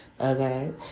Okay